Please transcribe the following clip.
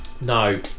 No